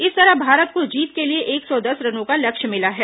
इस तरह भारत को जीत के लिए एक सौ दस रनों का लक्ष्य मिला है